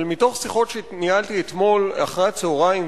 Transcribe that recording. אבל מתוך שיחות שניהלתי אתמול אחר-הצהריים